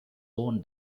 own